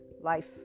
life